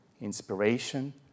inspiration